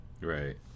Right